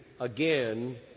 again